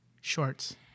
Shorts